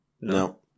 no